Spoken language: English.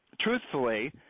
truthfully